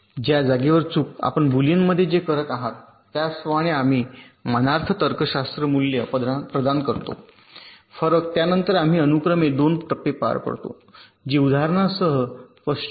च्या जागेवर चूक आपण बुलियनमध्ये जे करत आहात त्याप्रमाणेच आम्ही मानार्थ तर्कशास्त्र मूल्य प्रदान करतो फरक त्यानंतर आम्ही अनुक्रमे 2 टप्पे पार पाडतो जी उदाहरणासह स्पष्ट करू